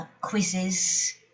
quizzes